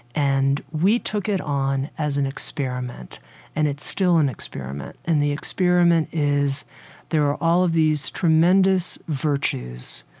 and we took it on as an experiment and it's still an experiment. and the experiment is there are all of these tremendous virtues,